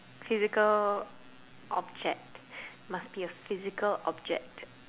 physical object must be a physical object